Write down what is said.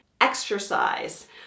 exercise